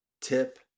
tip